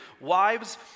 Wives